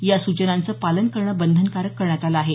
या सूचनांचं पालन करणं बंधनकारक करण्यात आलं आहे